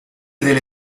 delle